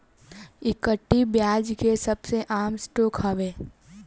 equity, ब्याज के सबसे आम स्टॉक हवे